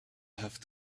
have